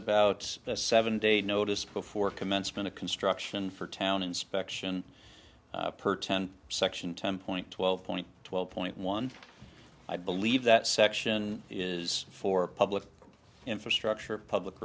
about the seven day notice before commencement of construction for town inspection per ten section ten point twelve point twelve point one i believe that section is for public infrastructure public